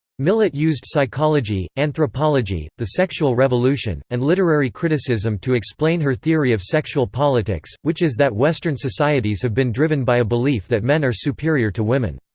millett used psychology, anthropology, the sexual revolution, and literary criticism to explain her theory of sexual politics, which is that western societies have been driven by a belief that men are superior to women.